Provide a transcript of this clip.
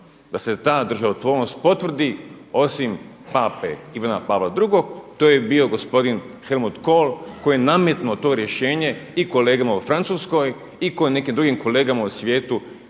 da se ta državotvornost potvrdi osim pape Ivana Pavla II to je bio gospodin Helmut Kohl koji je nametno to rješenje i kolegama u Francuskoj i nekim drugim kolegama u svijetu